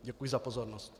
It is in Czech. Děkuji za pozornost.